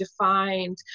defined